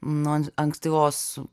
nuo ankstyvos